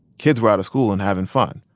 kids were out of school and having fun.